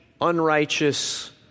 unrighteous